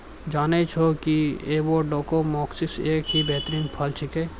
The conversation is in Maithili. जानै छौ कि एवोकाडो मैक्सिको के एक बेहतरीन फल छेकै